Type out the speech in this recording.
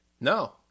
No